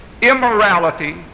immorality